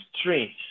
strange